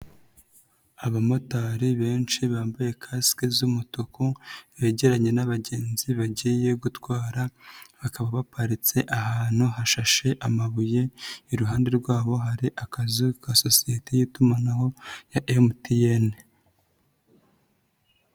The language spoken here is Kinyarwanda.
Abamotari benshi bambaye kasike z'umutuku begeranye n'abagenzi bagiye gutwara, bakaba baparitse ahantu hashashe amabuye, iruhande rwabo hari akazu ka sosiyete y'itumanaho ya MTN.